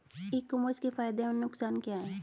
ई commerce के फायदे एवं नुकसान क्या हैं?